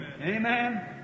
Amen